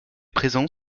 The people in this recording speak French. présent